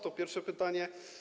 To pierwsze pytanie.